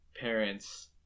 parents